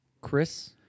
Chris